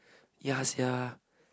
ya !sia!